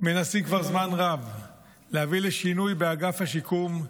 מנסים כבר זמן רב להביא לשינוי באגף השיקום,